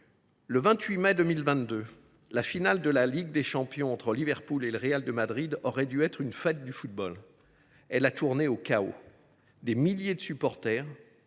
Le 28 mai 2022, la finale de la Ligue des champions entre Liverpool et le Real Madrid aurait dû être une fête du football. Elle a tourné au chaos. Des milliers de supporters,